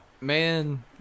Man